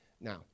Now